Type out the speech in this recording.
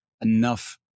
enough